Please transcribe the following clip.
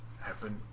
happen